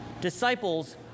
Disciples